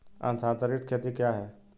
स्थानांतरित खेती क्या है?